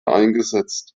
eingesetzt